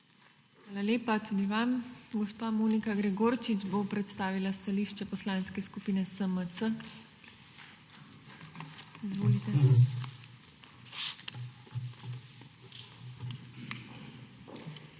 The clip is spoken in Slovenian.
Hvala lepa tudi vam. Gospa Monika Gregorčič bo predstavila stališče Poslanske skupine SMC. Izvolite.